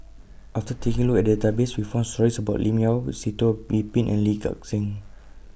after taking Look At The Database We found stories about Lim Yau Sitoh Yih Pin and Lee Gek Seng